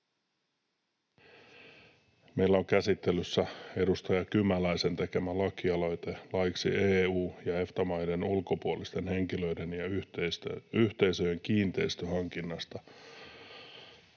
Meillä on käsittelyssä edustaja Kymäläisen tekemä lakialoite laiksi EU- ja EFTA-maiden ulkopuolisten henkilöiden ja yhteisöjen kiinteistönhankinnasta.